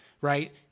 right